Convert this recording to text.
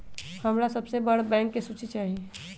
हमरा सबसे बड़ बैंक के सूची चाहि